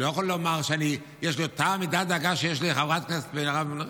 אני לא יכול לומר שיש לי אותה מידת דאגה שיש לחברת הכנסת מירב,